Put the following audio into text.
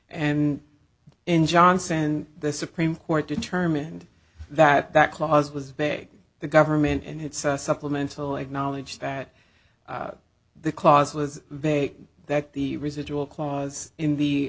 and in johnson and the supreme court determined that that clause was beg the government and its supplemental acknowledge that the clause was that the residual clause in the